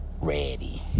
ready